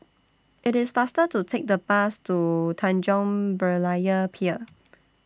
IT IS faster to Take The Bus to Tanjong Berlayer Pier